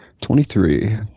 twenty-three